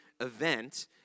event